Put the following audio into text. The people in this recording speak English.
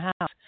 house